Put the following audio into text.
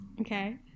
Okay